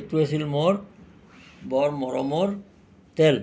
এইটো আছিল মোৰ বৰ মৰমৰ তেল